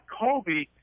Kobe